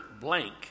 blank